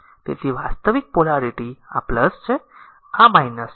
તેથી વાસ્તવિક પોલારીટી આ છે આ છે